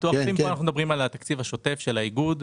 פה אנחנו מדברים על התקציב השוטף של האיגוד,